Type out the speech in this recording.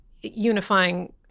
unifying